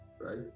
right